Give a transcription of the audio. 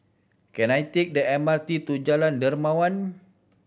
can I take the M R T to Jalan Dermawan